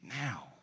now